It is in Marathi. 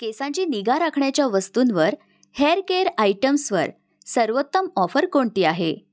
केसांची निगा राखण्याच्या वस्तूंवर हेअर केअर आयटम्सवर सर्वोत्तम ऑफर कोणती आहे